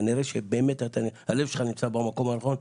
כנראה שבאמת הלב שלך נמצא במקום הנכון,